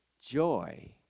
Joy